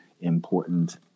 important